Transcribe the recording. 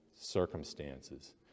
circumstances